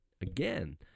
again